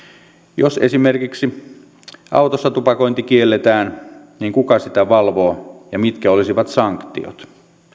jos esimerkiksi autossa tupakointi kielletään niin kuka sitä valvoo ja mitkä olisivat sanktiot